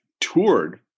toured